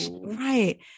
right